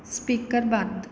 speaker ਬੰਦ